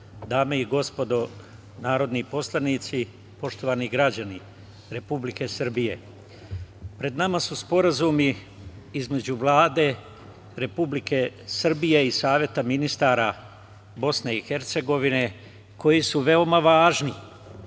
dame i gospodo narodni poslanici, poštovani građani Republike Srbije, pred nama su sporazumi između Vlade Republike Srbije i Saveta ministara BiH koji su veoma važni